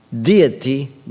deity